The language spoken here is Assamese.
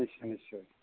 নিশ্চয় নিশ্চয়